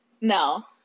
No